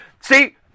See